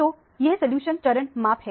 तू यह सॉल्यूशन चरण माप है